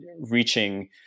reaching